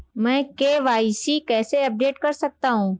मैं के.वाई.सी कैसे अपडेट कर सकता हूं?